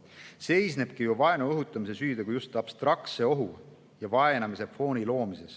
nõudeid. Vaenu õhutamise süütegu seisnebki ju just abstraktse ohu ja vaenamise fooni loomises,